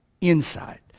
Inside